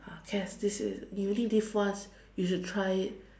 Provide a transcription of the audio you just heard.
uh have this is you only live once you should try it